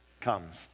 comes